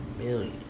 million